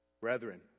Brethren